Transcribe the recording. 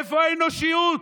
איפה האנושיות?